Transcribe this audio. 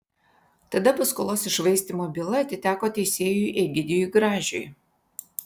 tada paskolos iššvaistymo byla atiteko teisėjui egidijui gražiui